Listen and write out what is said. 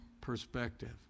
perspective